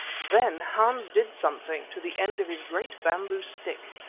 then hans did something to the end of his great bamboo stick,